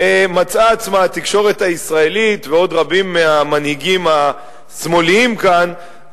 מצאו עצמם התקשורת הישראלית ועוד רבים מהמנהיגים השמאליים כאן,